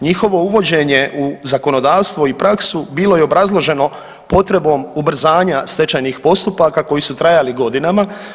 Njihovo uvođenje u zakonodavstvo i praksu bilo je obrazloženo potrebom ubrzanja stečajnih postupaka koji su trajali godinama.